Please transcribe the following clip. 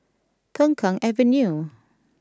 Peng Kang Avenue